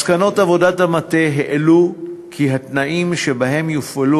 מסקנות עבודת המטה העלו כי התנאים שבהם יופעלו